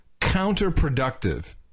counterproductive